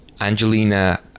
Angelina